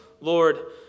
Lord